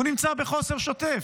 הוא נמצא בחוסר שוטף,